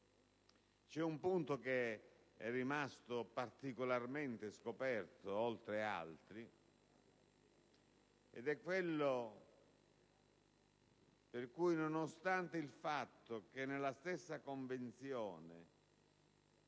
C'è un punto che è rimasto particolarmente scoperto, oltre ad altri, ed è quello per cui, nonostante nella stessa Convenzione